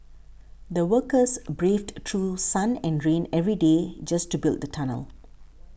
the workers braved through sun and rain every day just to build the tunnel